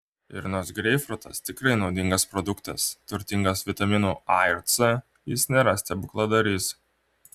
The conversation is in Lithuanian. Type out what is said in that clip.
ir nors greipfrutas tikrai naudingas produktas turtingas vitaminų a ir c jis nėra stebukladarys